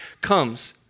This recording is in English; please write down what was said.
comes